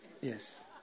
Yes